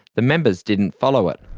the members didn't follow it.